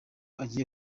agiye